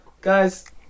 Guys